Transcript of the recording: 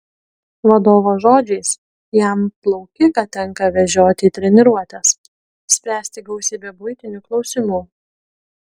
vadovo žodžiais jam plaukiką tenka vežioti į treniruotes spręsti gausybę buitinių klausimų